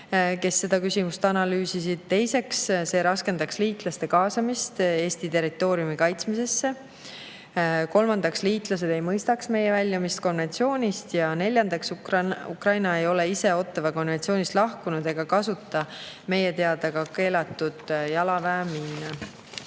kes seda küsimust analüüsisid. Teiseks, see raskendaks liitlaste kaasamist Eesti territooriumi kaitsmisesse. Kolmandaks, liitlased ei mõistaks meie väljumist konventsioonist ja neljandaks, Ukraina ei ole ise Ottawa konventsioonist lahkunud ega kasuta meie teada ka keelatud jalaväemiine. Neljas